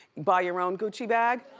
buy your own gucci bag,